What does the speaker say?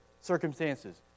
circumstances